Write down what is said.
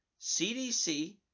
CDC